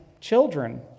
children